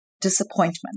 disappointment